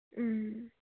ꯎꯝ